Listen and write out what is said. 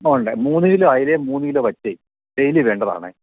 ആ ഉണ്ടേ മൂന്ന് കിലോ അയിലയും മൂന്ന് കിലോ വറ്റയും ഡെയിലി വേണ്ടതാണ്